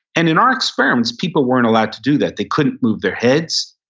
and in our experiments, people weren't allowed to do that. they couldn't move their heads,